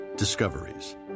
discoveries